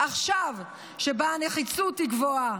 עכשיו, כאשר הנחיצות היא גבוהה.